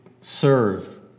serve